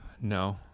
No